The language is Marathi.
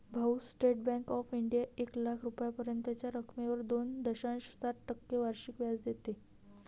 भाऊ, स्टेट बँक ऑफ इंडिया एक लाख रुपयांपर्यंतच्या रकमेवर दोन दशांश सात टक्के वार्षिक व्याज देते